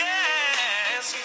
Yes